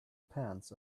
pants